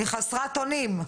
אני חסרת אונים.